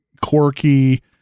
quirky